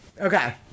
okay